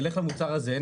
נלך למוצר הזהה,